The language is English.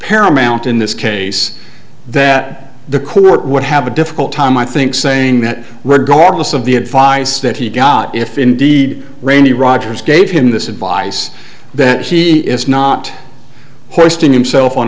paramount in this case that the court would have a difficult time i think saying that regardless of the advice that he got if indeed randy rogers gave him this advice that he is not hosting himself on